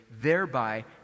thereby